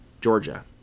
Georgia